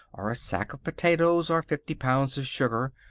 or a sack of potatoes, or fifty pounds of sugar,